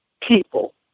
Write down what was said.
people